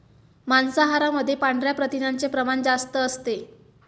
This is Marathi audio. मांसाहारामध्ये पांढऱ्या प्रथिनांचे प्रमाण जास्त असते